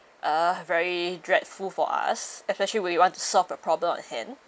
uh very dreadful for us especially where you want to solve the problem at hand